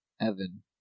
evan